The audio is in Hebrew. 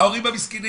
ההורים המסכנים.